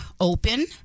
open